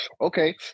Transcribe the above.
Okay